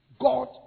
God